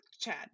Chad